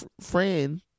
friend